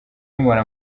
rumara